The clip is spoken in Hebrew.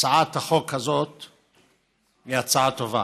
הצעת החוק הזאת היא הצעה טובה,